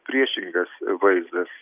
priešingas vaizdas